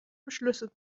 beschlüsse